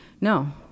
no